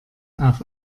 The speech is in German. auf